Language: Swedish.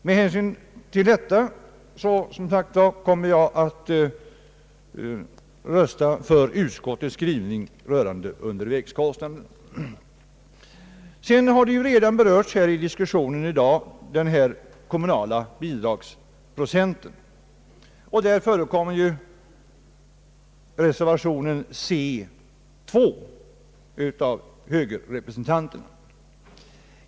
Med hänsyn till detta kommer jag att rösta för utskottets skrivning rörande undervägskostnaderna. I diskussionen i dag har redan berörts den kommunala bidragsprocenten. Där förekommer reservationen c2 av högerrepresentanterna.